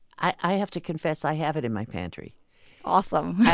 i have to confess i have it in my pantry awesome!